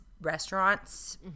restaurant's